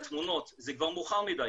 זה כבר מאוחר מדי,